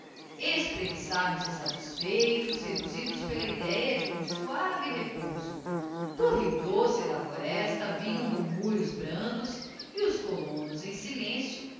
caricia espreguiçaram se satisfeitos seduzidos pela idéade um suave repouso do rio doce e da floresta vinham murmúrios brandos e os colonos em silencio